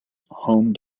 home